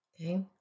Okay